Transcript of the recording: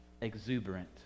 exuberant